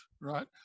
right